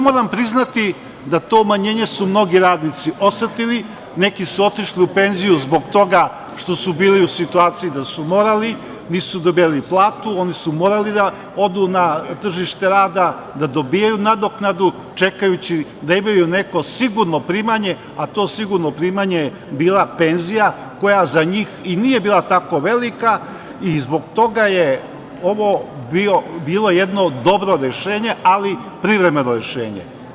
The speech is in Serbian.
Moram priznati da su to umanjenje mnogi radnici osetili, neki su otišli u penziju zbog toga što su bili u situaciji da su morali, nisu dobijali platu, morali su da odu na tržište rada, da dobijaju nadoknadu, čekajući, da imaju neko sigurno primanje a to sigurno primanje je bila penzija, koja za njih i nije bila tako velika i zbog toga je ovo bilo jedno dobro ali privremeno rešenje.